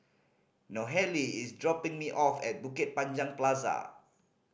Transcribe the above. Nohely is dropping me off at Bukit Panjang Plaza